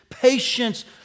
Patience